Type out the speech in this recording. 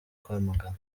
rwamagana